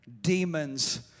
Demons